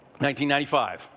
1995